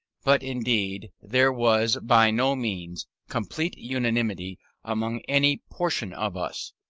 but indeed there was by no means complete unanimity among any portion of us,